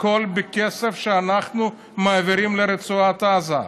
הכול בכסף שאנחנו מעבירים לרצועת עזה.